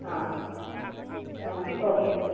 അ അപ്പോൾ ഓക്കേ അ